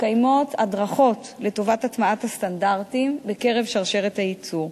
מתקיימות הדרכות לטובת הטמעת הסטנדרטים בקרב שרשרת הייצור,